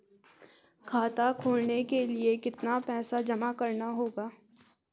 खाता खोलने के लिये कितना पैसा जमा करना होगा?